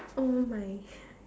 oh my